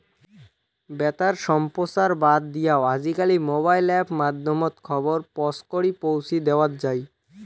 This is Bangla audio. বেতার সম্প্রচার বাদ দিয়াও আজিকালি মোবাইল অ্যাপ মাধ্যমত খবর পছকরি পৌঁছি দ্যাওয়াৎ যাই